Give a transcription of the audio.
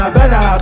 better